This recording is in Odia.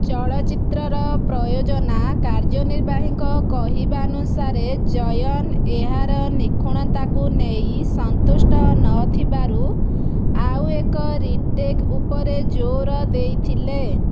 ଚଳଚ୍ଚିତ୍ରର ପ୍ରଯୋଜନା କାର୍ଯ୍ୟନିର୍ବାହୀଙ୍କ କହିବାନୁସାରେ ଜୟନ୍ ଏହାର ନିଖୁଣତାକୁ ନେଇ ସନ୍ତୁଷ୍ଟ ନଥିବାରୁ ଆଉ ଏକ ରିଟେକ୍ ଉପରେ ଜୋର୍ ଦେଇଥିଲେ